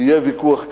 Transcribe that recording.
יהיה ויכוח כזה.